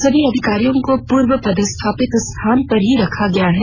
सभी अधिकारियों को पूर्व पदस्थापित स्थान पर ही रखा गया है